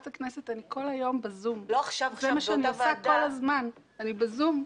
זה מה שאני עושה כל הזמן, אני ב"זום".